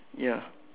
ya